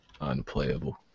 Unplayable